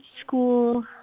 school